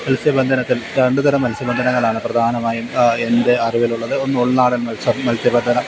മത്സ്യബന്ധനത്തിൽ രണ്ട് തരം മത്സ്യബന്ധനങ്ങളാണ് പ്രധാനമായും എൻ്റെ അറിവിലുള്ളത് ഒന്ന് ഉൾനാടൻ മത്സ്യ മത്സ്യബന്ധനം